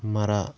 ಮರ